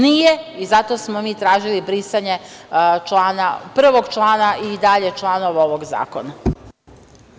Nije i zato smo mi tražili brisanje prvog člana i dalje članova ovog zakona.